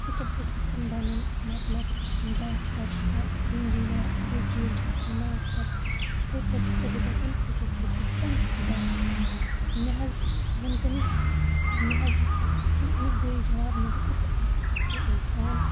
ژٕ کیٛاہ چھَکھ یَژھان بَنُن مطلب ڈاکٹر چھَکھا اِنجیٖنَر ؤکیٖل چھُ آسان ماسٹَر یِتھَے پٲٹھۍ چھُسَے بہٕ دَپان ژٕ کیٛاہ چھَکھ یَژھان بَنُن مےٚ حظ ووٚن تٔمِس مےٚ حظ ووٚن تٔمِس بیٚیہِ جواب مےٚ دوٚپُس اَکھ اَصٕل اِنسان